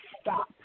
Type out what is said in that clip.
stop